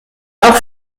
auch